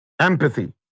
Empathy